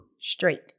Straight